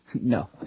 No